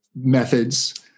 methods